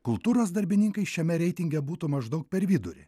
kultūros darbininkai šiame reitinge būtų maždaug per vidurį